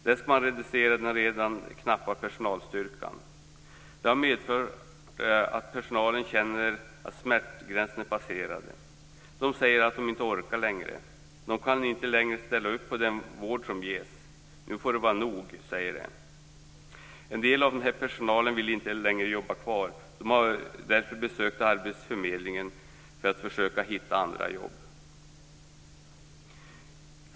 Där skall man reducera den redan knappa personalstyrkan. Det har medfört att personalen känner att smärtgränsen är passerad. Man säger att man inte orkar längre. Man kan inte längre ställa sig bakom den vård som ges. Nu får det vara nog, säger man. En del av personalen där vill inte längre jobba kvar. Man har därför besökt arbetsförmedlingen för att försöka hitta andra jobb.